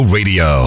Radio